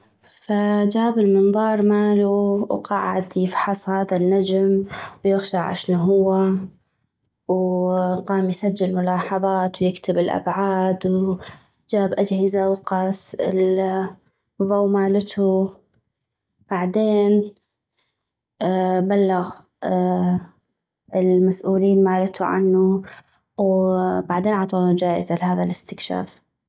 فجاب المنظار مالو وقعد يفحص هذا النجم ويغشع اشنو هو وقام يسجل ملاحظات ويكتب الابعاد وجاب اجهزا وقاس الضو مالتو بعدين بلغ المسؤولين مالتو عنو وبعدين عطونو جائزة لهذا الاستكشاف